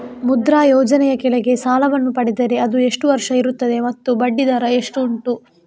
ಮುದ್ರಾ ಯೋಜನೆ ಯ ಕೆಳಗೆ ಸಾಲ ವನ್ನು ಪಡೆದರೆ ಅದು ಎಷ್ಟು ವರುಷ ಇರುತ್ತದೆ ಮತ್ತು ಬಡ್ಡಿ ದರ ಎಷ್ಟು ಉಂಟು?